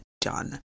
done